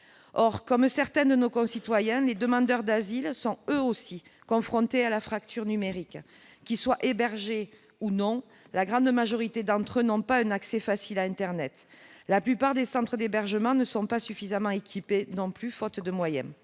Or, comme certains de nos concitoyens, les demandeurs d'asile sont eux aussi confrontés à la fracture numérique. Qu'ils soient hébergés ou non, la grande majorité d'entre eux n'ont pas un accès facile à internet. La plupart des centres d'hébergement ne sont pas suffisamment équipés, faute de moyens.